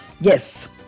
yes